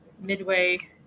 midway